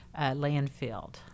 landfill